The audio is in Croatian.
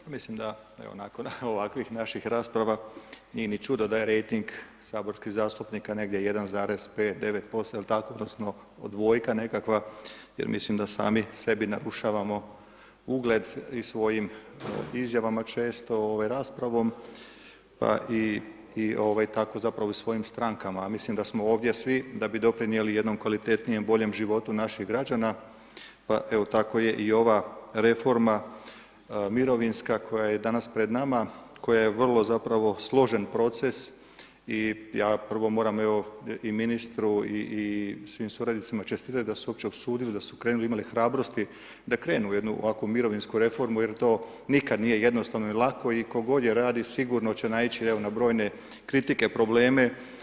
Mislim da evo nakon ovakvih naših rasprava, nije ni čudno da je rejting saborskih zastupnika negdje 1,5 ... dvojka nekakva jer mislim da sami sebi narušavamo ugled i svojim izjavama često raspravom pa i tako zapravo svojim strankama a mislim d smo ovdje svi da bi doprinijeli jednom kvalitetnijem, boljem životu naših građana pa evo tako je i ova reforma mirovinska koja je danas pred nama, koja je vrlo zapravo složen proces i ja prvo moram evo i ministru i svim suradnicima čestitat da su se uopće usudili, da se u krenuli, imali hrabrosti da krenu u jednu ovakvu mirovinsku reformu jer to nikad nije jednostavno i lako i tko god je radi, sigurno će naići evo na brojne kritike, probleme.